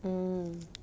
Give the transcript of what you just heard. hmm